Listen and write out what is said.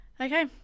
okay